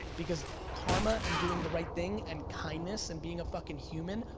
because karma, and doing the right thing, and kindness, and being a fucking human,